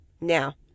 now